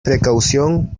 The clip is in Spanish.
precaución